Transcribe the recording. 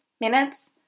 Minutes